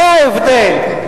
זה ההבדל.